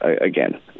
again